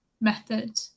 method